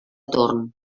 torn